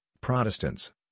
Protestants